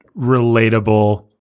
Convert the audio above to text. relatable